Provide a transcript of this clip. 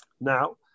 Now